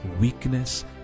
weakness